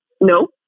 No